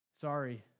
sorry